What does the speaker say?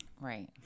Right